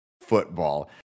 football